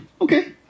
okay